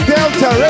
Delta